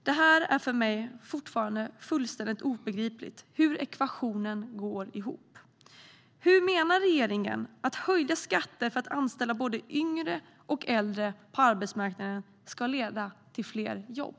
Det är för mig fortfarande fullständigt obegripligt hur ekvationen går ihop. Hur menar regeringen att höjda skatter för att anställa både yngre och äldre på arbetsmarknaden ska leda till fler jobb?